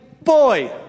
boy